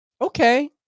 Okay